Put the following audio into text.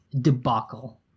debacle